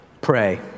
pray